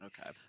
Okay